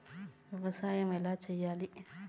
వ్యవసాయం ఎలా చేయాలి?